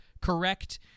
correct